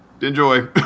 enjoy